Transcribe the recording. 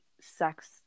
sex